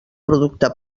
producte